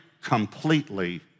completely